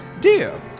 dear